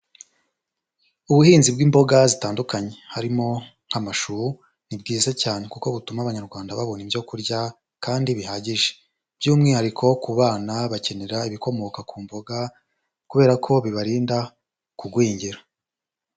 Ubuhinzi bw'imboga zitandukanye, harimo nk'amashu ni bwiza cyane kuko butuma Abanyarwanda babona ibyo kurya kandi bihagije, by'umwihariko ku bana bakenera ibikomoka ku mboga kubera ko bibarinda kugwingira.